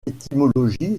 étymologies